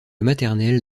maternel